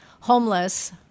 homeless